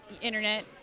Internet